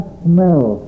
smell